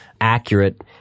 accurate